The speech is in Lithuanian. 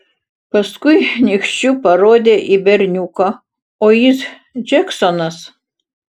paskui nykščiu parodė į berniuką o jis džeksonas